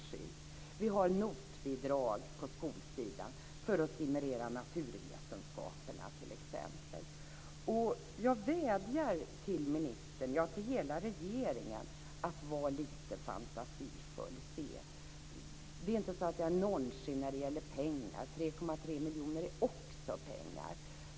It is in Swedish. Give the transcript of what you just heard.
Vi har t.ex. NOT-bidrag på skolsidan för att stimulera naturvetenskaperna. Jag vädjar till ministern och till hela regeringen att vara lite fantasifull. Det är inte så att jag är nonchalant när det gäller pengar. 3,3 miljoner är också pengar.